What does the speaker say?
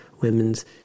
women's